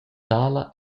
tala